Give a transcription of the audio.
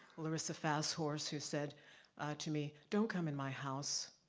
larissa fasthorse who said to me, don't come in my house,